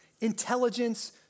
intelligence